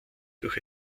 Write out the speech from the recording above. durch